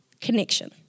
connection